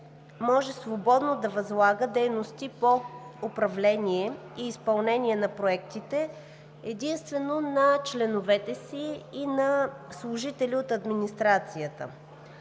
може свободно да възлага дейности по управление и изпълнение на проектите единствено на членовете си и на служители от администрацията.